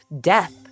death